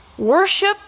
Worship